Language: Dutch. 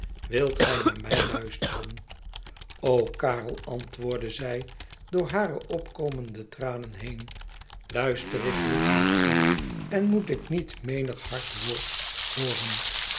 wilt gij naar mij luisteren karel antwoordde zij door hare opkomende tranen been luister ik niet naar u en moet ik niet menig hard woord hooren